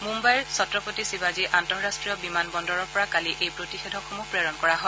মুম্বাই ছত্ৰপতি শিৱাজী আন্তঃৰাষ্ট্ৰীয় বিমান বন্দৰৰ পৰা কালি এই প্ৰতিষেধকসমূহ প্ৰেৰণ কৰা হয়